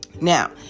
Now